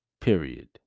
Period